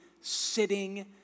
sitting